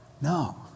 No